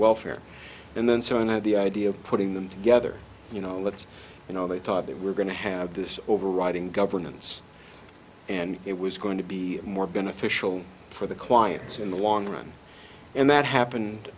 welfare and then so i had the idea of putting them together you know let's you know they thought they were going to have this overriding governance and it was going to be more going to fishel for the clients in the long run and that happened